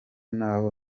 n’aho